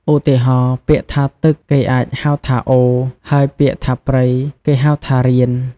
ឧទាហរណ៍ ពាក្យថា "ទឹក" គេអាចហៅថា "អូរ" ហើយពាក្យថា "ព្រៃ" គេហៅថា "រៀន"។